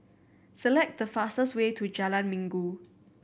select the fastest way to Jalan Minggu